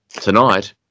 tonight